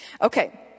Okay